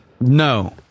No